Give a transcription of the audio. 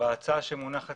בהצעה שמונחת